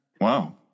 Wow